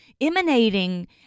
emanating